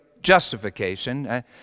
Justification